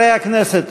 חברי הכנסת,